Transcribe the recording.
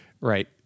Right